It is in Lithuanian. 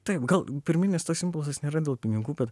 taip gal pirminis toks impulsas nėra dėl pinigų bet